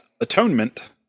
atonement